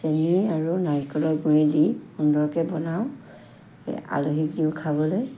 চেনী আৰু নাৰিকলৰ গুড়ি দি সুন্দৰকৈ বনাওঁ আলহীক দিওঁ খাবলৈ